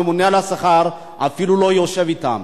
הממונה על השכר אפילו לא יושב אתם.